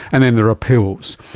and then there are pills.